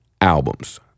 albums